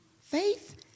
faith